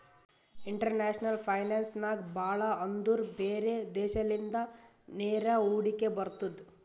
international finance ನಾಗ್ ಭಾಳ ಅಂದುರ್ ಬ್ಯಾರೆ ದೇಶಲಿಂದ ನೇರ ಹೂಡಿಕೆ ಬರ್ತುದ್